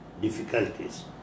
difficulties